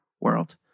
world